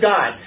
God